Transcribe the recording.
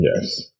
Yes